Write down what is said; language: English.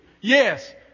Yes